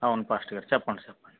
అవును ఫాస్టర్ గారు చెప్పండి చెప్పండి